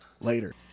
Later